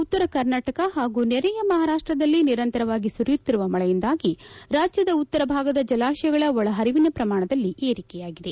ಉತ್ತರ ಕರ್ನಾಟಕ ಹಾಗೂ ನೆರೆಯ ಮಹಾರಾಷ್ಟದಲ್ಲಿ ನಿರಂತರವಾಗಿ ಸುರಿಯುತ್ತಿರುವ ಮಳೆಯಿಂದಾಗಿ ರಾಜ್ಯದ ಉತ್ತರ ಭಾಗದ ಜಲಾಶಯಗಳ ಒಳ ಪರಿವಿನ ಪ್ರಮಾಣದಲ್ಲಿ ಏರಿಕೆಯಾಗಿದೆ